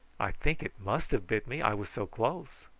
i think it must have bit me, i was so close.